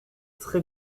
très